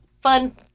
fun